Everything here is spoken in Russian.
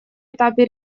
этапе